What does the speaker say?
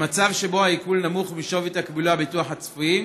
במצב שבו העיקול נמוך משווי תקבולי הביטוח הצפויים,